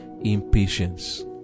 impatience